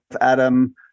Adam